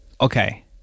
Okay